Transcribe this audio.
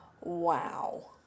wow